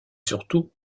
surtout